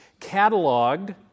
cataloged